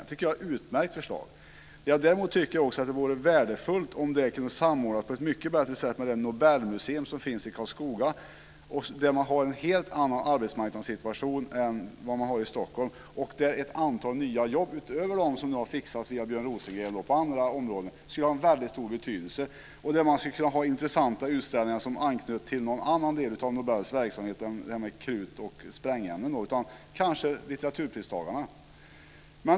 Det tycker jag är ett utmärkt förslag. Men jag tycker också att det vore värdefullt om detta kunde samordnas på ett bättre sätt med det Nobelmuseum som finns i Karlskoga, där man har en helt annan arbetsmarknadssituation än vad man har i Stockholm och där ett antal nya jobb utöver dem som nu har fixats via Björn Rosengren på andra områden skulle ha en väldigt stor betydelse. Man skulle kunna ha intressanta utställningar där som anknöt till någon annan del av Nobels verksamhet än den som handlar om krut och sprängämnen - kanske litteraturpristagarna.